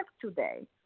today